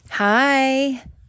Hi